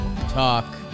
talk